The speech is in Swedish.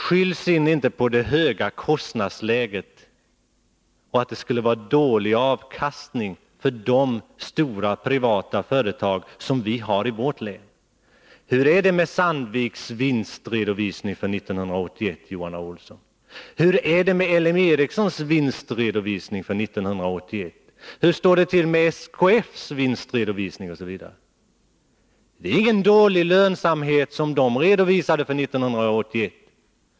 Skyll sedan inte på det höga kostnadsläget och på att det skulle vara dålig avkastning för de stora privata företag som vi har i vårt län! Hur är det med Sandviks vinstredovisning för 1981, Johan A. Olsson? Hur är det med LM Ericssons vinstredovisning för 1981? Hur står det till med SKF:s vinstredovisning — osv.? Det var ingen dålig lönsamhet dessa företag redovisade för 1981.